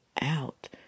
out